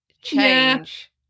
change